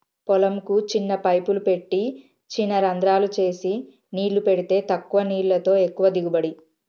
పొలం కు చిన్న పైపులు పెట్టి చిన రంద్రాలు చేసి నీళ్లు పెడితే తక్కువ నీళ్లతో ఎక్కువ దిగుబడి